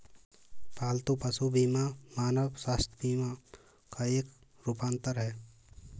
पालतू पशु बीमा मानव स्वास्थ्य बीमा का एक रूपांतर है